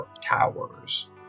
towers